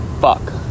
fuck